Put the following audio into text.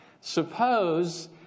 Suppose